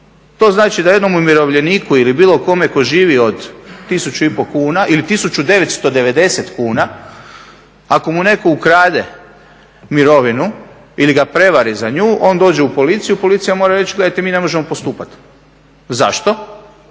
To znači da jednom umirovljeniku ili bilo kome tko živi od 1500 kuna ili 1990 kuna ako mu netko ukrade mirovinu ili ga prevari za nju, on dođe u policiju, policija mora reći gledajte mi ne možemo postupat. Zašto,